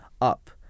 up